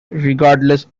regardless